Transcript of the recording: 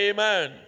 Amen